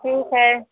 ठीक है